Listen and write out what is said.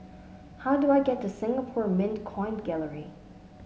how do I get to Singapore Mint Coin Gallery